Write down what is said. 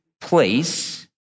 place